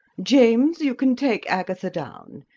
james, you can take agatha down.